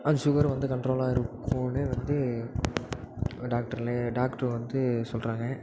அந்த சுகர் வந்து கன்ட்ரோலாக இருக்குன்னு வந்து டாக்டரெலாம் டாக்ட்ரு வந்து சொல்கிறாங்க